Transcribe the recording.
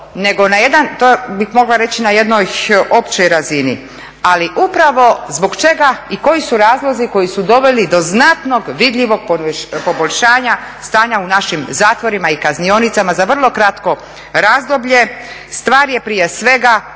reći na jednoj općoj razini, ali upravo zbog čega i koji su razlozi koji su doveli do znatnog, vidljivog poboljšanja stanja u našim zatvorima i kaznionicama za vrlo kratko razdoblje. Stvar je prije svega